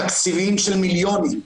תקציבים של מיליונים,